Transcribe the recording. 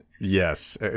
Yes